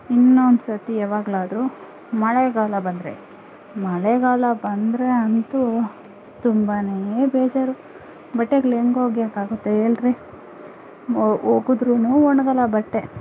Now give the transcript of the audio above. ಇನ್ನೊಂದು ಸರ್ತಿ ಯಾವಾಗಲಾದ್ರು ಮಳೆಗಾಲ ಬಂದರೆ ಮಳೆಗಾಲ ಬಂದರೆ ಅಂತೂ ತುಂಬಾನೇ ಬೇಜಾರು ಬಟ್ಟೆಗಳು ಹೆಂಗೆ ಒಗಿಯೋಕ್ಕಾಗುತ್ತೆ ಹೇಳ್ರಿ ಒಗೆದ್ರೂ ಒಣಗೋಲ್ಲ ಬಟ್ಟೆ